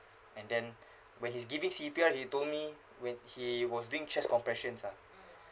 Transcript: and then when he's giving C_P_R he told me when he was doing chest compressions ah